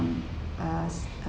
uh s~ uh